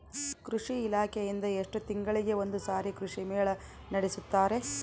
ಕೃಷಿ ಇಲಾಖೆಯಿಂದ ಎಷ್ಟು ತಿಂಗಳಿಗೆ ಒಂದುಸಾರಿ ಕೃಷಿ ಮೇಳ ನಡೆಸುತ್ತಾರೆ?